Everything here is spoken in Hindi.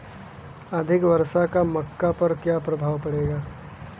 अधिक वर्षा का मक्का पर क्या प्रभाव पड़ेगा?